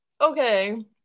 okay